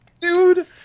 dude